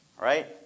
right